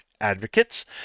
advocates